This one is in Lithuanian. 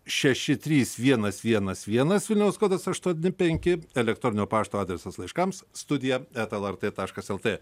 šeši trys vienas vienas vienas vilniaus kodas aštuoni penki elektroninio pašto adresas laiškams studija eta lrt taškas lt